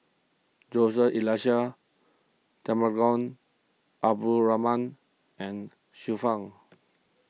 Joseph Elias Temenggong Abdul Rahman and Xiu Fang